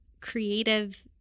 creative